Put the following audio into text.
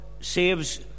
saves